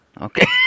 Okay